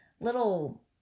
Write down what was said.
little